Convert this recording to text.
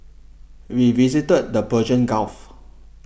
we visited the Persian Gulf